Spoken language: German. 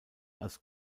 als